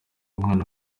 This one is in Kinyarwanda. umwana